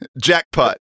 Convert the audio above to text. Jackpot